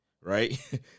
Right